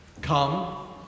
come